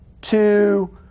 two